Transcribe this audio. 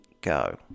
go